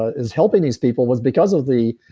is helping these people was because of the.